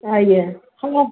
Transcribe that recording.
ଆଜ୍ଞା ହଁ